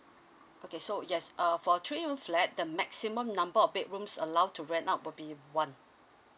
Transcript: okay so yes err for three room flat the maximum number of bedrooms allowed to rent out will be one